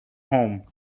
home